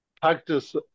practice